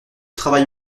travail